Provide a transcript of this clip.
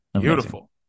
Beautiful